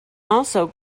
also